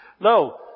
No